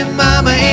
mama